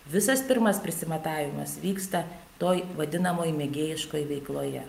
visas pirmas primatavimas vyksta toj vadinamoj mėgėjiškoj veikloje